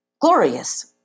glorious